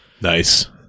Nice